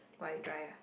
why dry ah